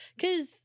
Cause